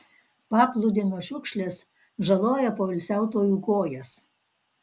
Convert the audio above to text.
paplūdimio šiukšlės žaloja poilsiautojų kojas